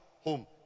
home